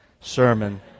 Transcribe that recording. Sermon